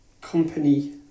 company